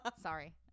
sorry